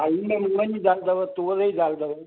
हा इएं मुङनि जी दाल अथव तूअर जी दाल अथव